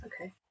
okay